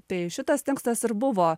tai šitas tekstas ir buvo